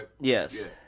Yes